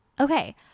Okay